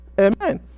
Amen